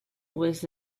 was